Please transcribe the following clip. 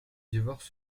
divorce